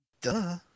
Duh